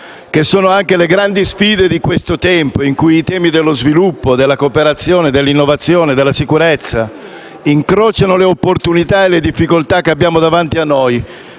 che sono anche le grandi sfide di questo tempo, in cui i temi dello sviluppo, della cooperazione, dell'innovazione e della sicurezza incrociano le opportunità e le difficoltà che abbiamo davanti a noi